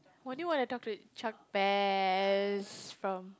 only when I talk to from